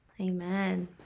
amen